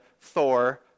Thor